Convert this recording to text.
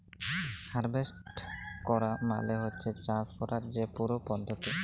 harvest ক্যরা মালে হছে চাষ ক্যরার যে পুরা পদ্ধতি